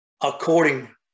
according